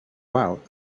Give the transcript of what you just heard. out